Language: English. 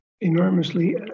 enormously